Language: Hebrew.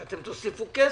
שאתם תוסיפו כסף.